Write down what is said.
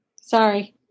Sorry